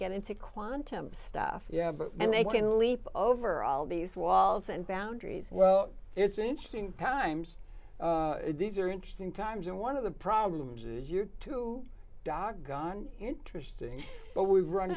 get into quantum stuff yeah and they can leap over all these walls and boundaries well it's interesting times these are interesting times and one of the problems is your two dogs on interesting but we've run